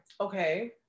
Okay